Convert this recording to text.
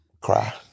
Cry